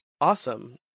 Awesome